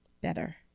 better